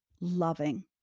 loving